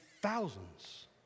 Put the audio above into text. thousands